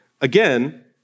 again